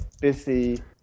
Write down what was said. busy